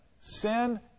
Sin